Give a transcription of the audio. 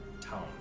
town